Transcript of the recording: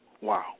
Wow